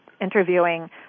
interviewing